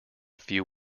few